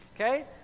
Okay